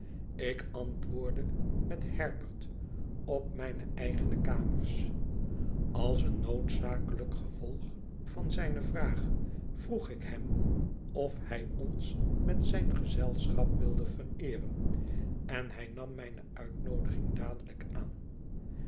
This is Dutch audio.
ik antwoordde met herbert op mijne eigene kamers als een noodzakelijk gevolg van zijne vraag vroeg ik hem of hij ons met zijn gezelschap wilde vereeren en hij nam mijne uitnoodiging dadelijk aan